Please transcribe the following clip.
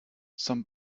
some